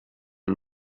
ein